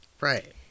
Right